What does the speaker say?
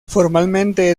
formalmente